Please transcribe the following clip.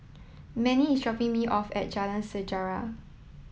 Mannie is dropping me off at Jalan Sejarah